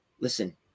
listen